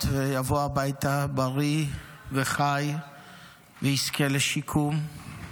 ויבוא הביתה בריא וחי ויזכה לשיקום.